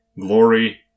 glory